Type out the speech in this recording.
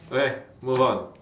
okay move on